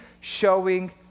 showing